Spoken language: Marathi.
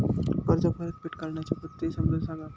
कर्ज परतफेड करण्याच्या पद्धती समजून सांगा